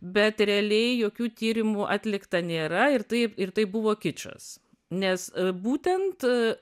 bet realiai jokių tyrimų atlikta nėra ir taip ir taip buvo kičas nes būtent